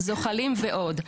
זוחלים ועוד,